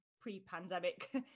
Pre-pandemic